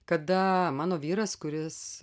kada mano vyras kuris